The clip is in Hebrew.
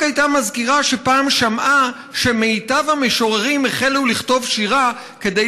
הייתה מזכירה שפעם שמעה / שמיטב המשוררים החלו לכתוב שירה / כדי